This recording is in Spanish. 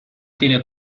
tiene